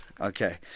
okay